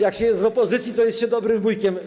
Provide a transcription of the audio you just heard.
Jak się jest w opozycji, to jest się dobrym wujkiem.